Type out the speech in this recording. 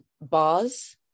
bars